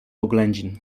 oględzin